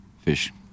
Fish